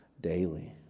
daily